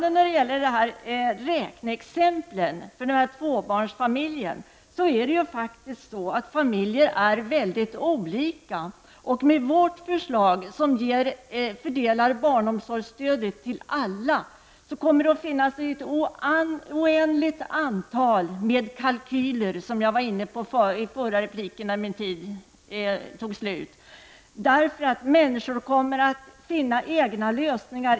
Som kommentar till Daniel Tarschys räkneexempel rörande en tvåbarnsfamilj vill jag säga att människor är mycket olika. Vårt förslag, som fördelar barnomsorgsstödet till alla, gör att det finns utrymme för barnfamiljerna att göra ett antal kalkyler och se vad som är bäst för dem. Människor kommer att finna egna lösningar.